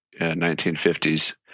1950s